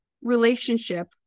relationship